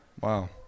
wow